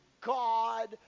God